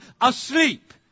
asleep